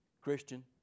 Christian